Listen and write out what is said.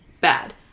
bad